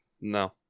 No